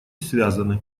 связаны